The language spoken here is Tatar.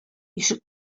ишек